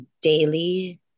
daily